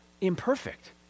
imperfect